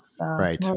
Right